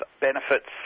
benefits